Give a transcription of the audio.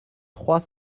trois